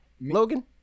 Logan